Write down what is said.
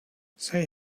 say